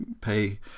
pay